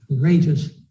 courageous